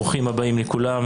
היום י"ב באדר ב'